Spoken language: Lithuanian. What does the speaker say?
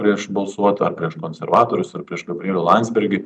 prieš balsuot ar prieš konservatorius ar prieš gabrielių landsbergį